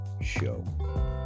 show